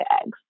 eggs